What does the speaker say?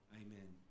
amen